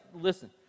listen